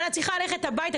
אבל את צריכה ללכת הביתה,